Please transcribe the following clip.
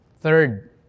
Third